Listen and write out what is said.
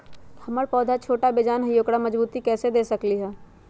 हमर पौधा छोटा बेजान हई उकरा मजबूती कैसे दे सकली ह?